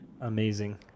Amazing